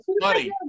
buddy